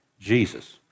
Jesus